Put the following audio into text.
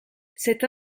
cette